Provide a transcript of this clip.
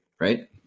right